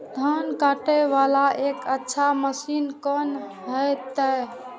धान कटे वाला एक अच्छा मशीन कोन है ते?